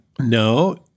No